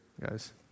guys